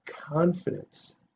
confidence